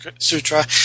Sutra